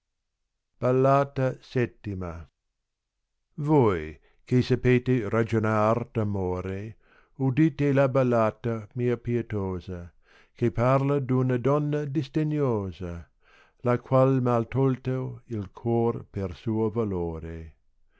oi che sapete ragionar d amore udite la ballata mia pietosa che parla d una donna disdegnosa xa qual m ha tolto il cor per suo valore